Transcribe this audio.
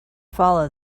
follow